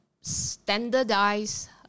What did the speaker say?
standardize